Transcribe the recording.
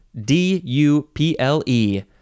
D-U-P-L-E